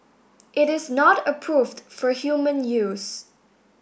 it is not approved for human use